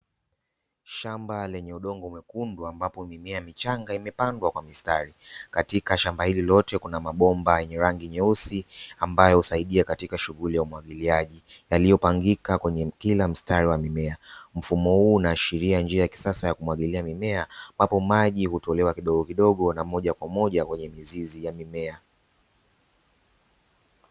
Shamba lenye udongo mwekundu ambapo mimea michanga imepangwa kwa mistari. Katika shamba hili lote kuna mabomba yenye rangi nyeusi ambayo husaidia katika shughuli ya umwagiliaji yaliyopangika kwenye kila mstari wa mimea. Mfumo huu unaashiria njia ya kisasa ya kumwagilia mimea ambapo maji hutolewa kidogo kidogo na moja kwa moja kwenye mizizi ya mimea.